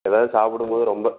எதாவது சாப்பிடும்போது ரொம்ப